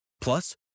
Plus